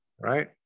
Right